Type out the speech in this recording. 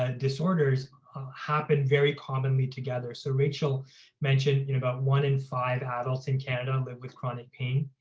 ah disorders happen very commonly together. so rachel mentioned, in about one in five adults in canada live with chronic pain,